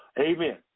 Amen